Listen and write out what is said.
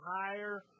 higher